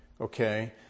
okay